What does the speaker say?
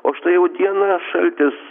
o štai jau dieną šaltis